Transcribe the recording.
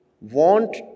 want